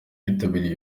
bitabiriye